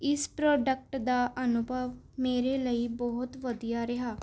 ਇਸ ਪ੍ਰੋਡਕਟ ਦਾ ਅਨੁਭਵ ਮੇਰੇ ਲਈ ਬਹੁਤ ਵਧੀਆ ਰਿਹਾ